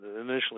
initially